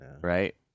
right